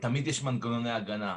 תמיד יש מנגנוני הגנה.